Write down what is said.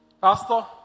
Pastor